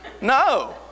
No